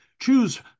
Choose